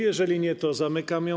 Jeżeli nie, to zamykam ją.